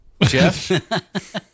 Jeff